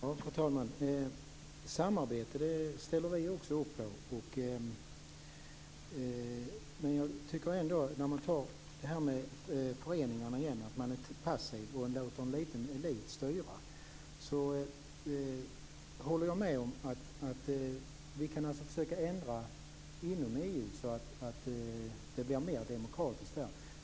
Fru talman! Samarbete ställer vi också upp på. När det gäller talet om föreningarna och att man är passiv och låter en liten elit styra, håller jag med om att vi kan försöka ändra inom EU så att det blir mer demokratiskt.